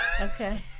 Okay